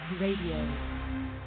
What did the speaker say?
Radio